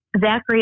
Zachary